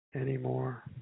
anymore